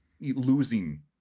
losing